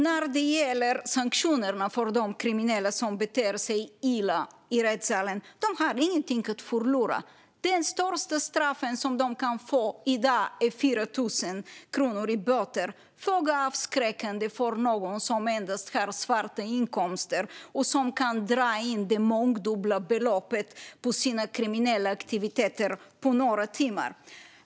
När det gäller sanktioner för de kriminella som beter sig illa i rättssalen: De har inget att förlora. Det högsta straffet de kan få i dag är 4 000 kronor i böter - föga avskräckande för någon som endast har svarta inkomster och kan dra in mångdubbelt det beloppet på sina kriminella aktiviteter på några timmar.